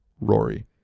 Rory